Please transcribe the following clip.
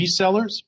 resellers